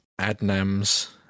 Adnams